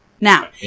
Now